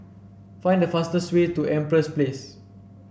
find the fastest way to Empress Place